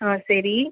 ஆ சரி